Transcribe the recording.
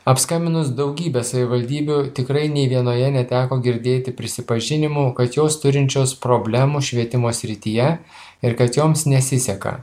apskambinus daugybę savivaldybių tikrai nė vienoje neteko girdėti prisipažinimų kad jos turinčios problemų švietimo srityje ir kad joms nesiseka